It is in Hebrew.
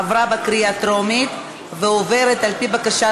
עברה בקריאה הטרומית ועוברת על-פי בקשת